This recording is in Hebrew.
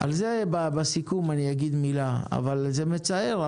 על זה מילה בסיכום, אבל זה מצער.